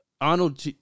Arnold